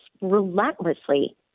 relentlessly